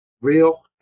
real